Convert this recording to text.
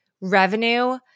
revenue